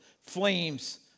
flames